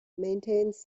maintains